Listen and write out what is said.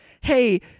hey